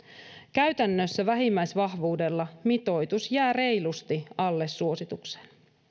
käytännössä vähimmäisvahvuudella mitoitus jää reilusti alle suosituksen